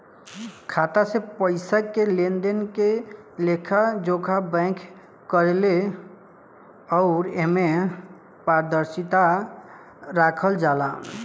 खाता से पइसा के लेनदेन के लेखा जोखा बैंक करेले अउर एमे पारदर्शिता राखल जाला